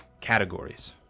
categories